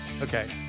Okay